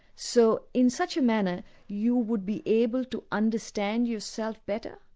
so in such a manner you would be able to understand yourself better,